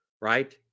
right